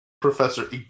Professor